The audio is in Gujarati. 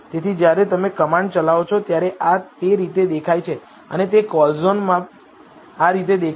તેથી જ્યારે તમે કમાન્ડ ચલાવો છો ત્યારે આ તે રીતે દેખાય છે અને તે કોલઝોનમાં આ રીતે દેખાય છે